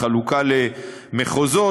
בחלוקה למחוזות.